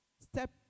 Step